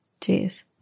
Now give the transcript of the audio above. Jeez